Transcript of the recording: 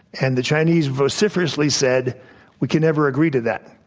and the chinese vociferously said we could never agree to that.